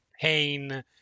pain